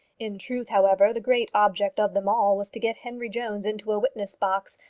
in truth, however, the great object of them all was to get henry jones into a witness-box,